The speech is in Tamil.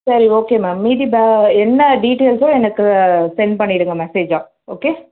சரி ஓகே மேம் மீதி ப என்ன டீடெயில்ஸ்ஸோ எனக்கு செண்ட் பண்ணிடுங்க மெசேஜ்ஜாக ஓகே